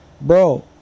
bro